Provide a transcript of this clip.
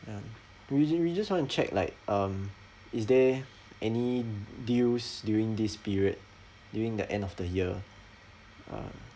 um we ju~ we just want to check like um is there any deals during this period during the end of the year um